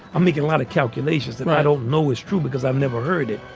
i'm making a lot of calculations and i don't know is true because i've never heard it.